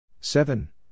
seven